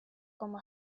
como